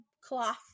cloth